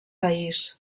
país